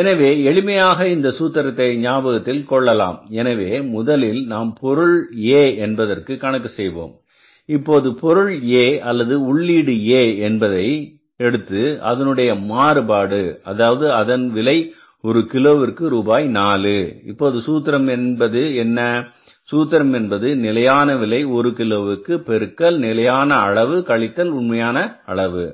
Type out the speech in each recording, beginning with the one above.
எனவே எளிமையாக இந்த சூத்திரத்தை ஞாபகத்தில் கொள்ளலாம் எனவே முதலில் நாம் பொருள் A என்பதற்கு கணக்கு செய்வோம் இப்போது பொருள A அல்லது உள்ளீடு A என்பதை எடுத்து அதனுடைய மாறுபாடு அதாவது அதன் விலை ஒரு கிலோவிற்கு ரூபாய் நாலு இப்போது சூத்திரம் என்பது என்ன சூத்திரம் என்பது நிலையான விலை ஒரு கிலோவுக்கு பெருக்கல் நிலையான அளவு கழித்தல் உண்மையான அளவு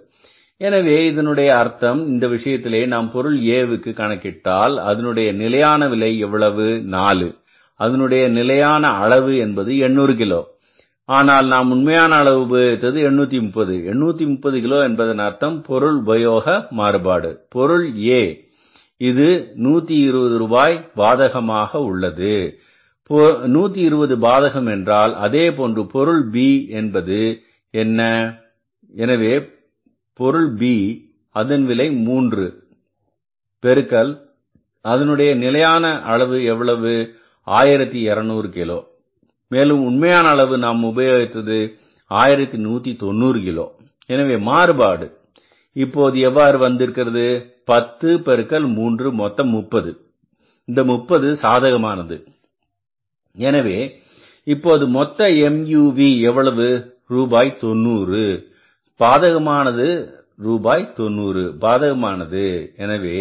எனவே இதனுடைய அர்த்தம் இந்த விஷயத்திலே நாம் பொருள் A க்கு கணக்கிட்டால் அதனுடைய நிலையான விலை எவ்வளவு நாலு அதனுடைய நிலையான அளவு எவ்வளவு 800 கிலோ ஆனால் நாம் உண்மையான அளவு உபயோகித்தது 830 830 கிலோ என்பதன் அர்த்தம் பொருள் உபயோக மாறுபாடு பொருள் A இது 120 ரூபாய் பாதகமாக உள்ளது 120 பாதகம் என்றால் அதேபோன்று பொருள் B என்பது என்ன எனவே பொருள் B அதன் விலை ரூபாய் 3 பெருக்கல் அதனுடைய நிலையான அளவு எவ்வளவு 1200 கிலோ மேலும் உண்மையான அளவு நாம் உபயோகித்தது 1190 கிலோ எனவே மாறுபாடு இப்போது எவ்வாறு வந்துள்ளது 10 பெருக்கல் 3 மொத்தம் 30 இந்த முப்பது என்பது சாதகமானது எனவே இப்போது மொத்த MUV எவ்வளவு ரூபாய் 90 பாதகமானது ரூபாய் 90 பாதகமானது எனவே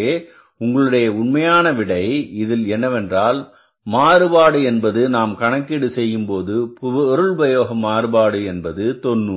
உங்களுடைய உண்மையான விடை இதில் என்னவென்றால் மாறுபாடு என்பது நாம் கணக்கீடு செய்யும் போது பொருள் உபயோகம் மாறுபாடு என்பது 90